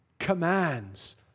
commands